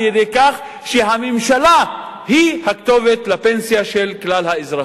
על-ידי כך שהממשלה היא הכתובת לפנסיה של כלל האזרחים.